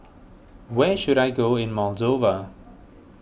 where should I go in Moldova